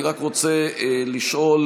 אני רק רוצה לשאול,